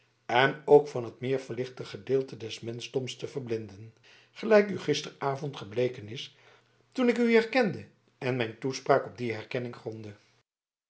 en ook van het meer verlichte gedeelte des menschdoms te verblinden gelijk u gisteravond gebleken is toen ik u herkende en mijn toespraak op die herkenning